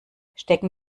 stecken